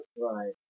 Right